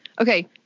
Okay